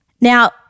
Now